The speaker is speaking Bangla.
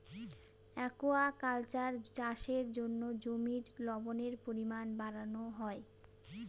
একুয়াকালচার চাষের জন্য জমির লবণের পরিমান বাড়ানো হয়